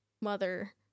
mother